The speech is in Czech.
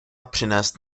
přinést